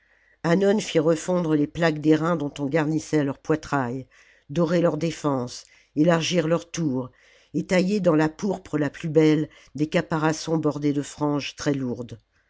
hannon fit refondre les plaques d'airain dont on garnissait leur poitrail dorer leurs défenses élargir leurs tours et tailler dans la pourpre la plus belle des caparaçons bordés de franges très lourdes